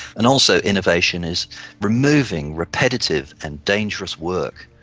and also innovation is removing repetitive and dangerous work.